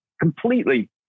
completely